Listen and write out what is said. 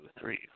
three